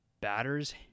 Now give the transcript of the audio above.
batters